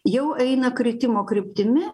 jau eina kritimo kryptimi